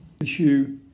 issue